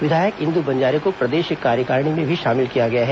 विधायक इंदु बंजारे को प्रदेश कार्यकारिणी में भी शामिल किया गया है